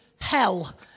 hell